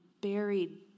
buried